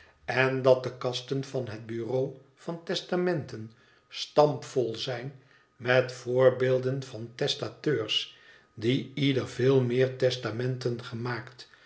en dat de kasten van het bureau van testamenten stampvol zijn met voorbeelden van testateurs die ieder veel meer testamenten gemaakt